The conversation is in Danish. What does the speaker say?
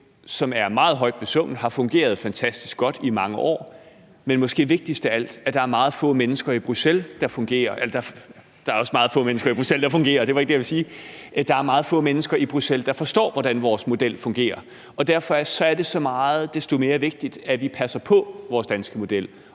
som er meget højt besunget og har fungeret fantastisk godt i mange år, men måske er det vigtigst af alt, at der er meget få mennesker i Bruxelles, der forstår, hvordan vores model fungerer, og derfor er det så meget desto vigtigere, at vi passer på vores danske model